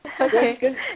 Okay